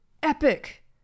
epic